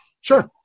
Sure